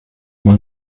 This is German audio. mal